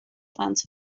plant